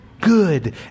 good